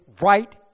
right